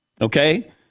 Okay